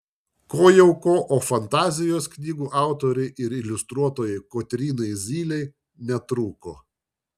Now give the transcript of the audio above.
ko jau ko o fantazijos knygų autorei ir iliustruotojai kotrynai zylei netrūko